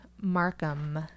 Markham